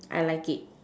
I like it